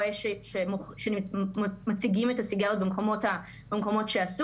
רואה שמציגים את הסיגריות במקומות שאסור,